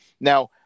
Now